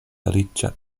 feliĉa